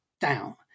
down